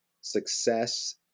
success